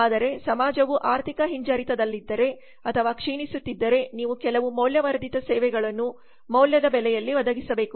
ಆದರೆ ಸಮಾಜವು ಆರ್ಥಿಕ ಹಿಂಜರಿತದಲ್ಲಿದ್ದರೆ ಅಥವಾ ಕ್ಷೀಣಿಸುತ್ತಿದ್ದರೆ ನೀವು ಕೆಲವು ಮೌಲ್ಯವರ್ಧಿತ ಸೇವೆಗಳನ್ನು ಮೌಲ್ಯದ ಬೆಲೆಯಲ್ಲಿ ಒದಗಿಸಬೇಕು